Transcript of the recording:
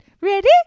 ready